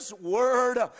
word